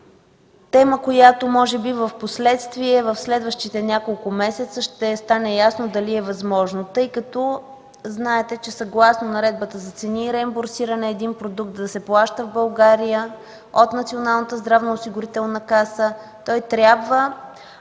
тема, която може би впоследствие, в следващите няколко месеца ще стане ясно дали е възможна. Знаете, че съгласно Наредбата за цени и реимбурсиране, за да се плаща един продукт в България от Националната здравноосигурителна каса, трябва